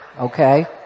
Okay